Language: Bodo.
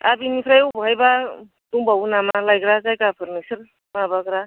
दा बेनिफ्राय बबेहायबा दंबावो नामा ना लायग्रा जायगाफोर नोंसोर माबाग्रा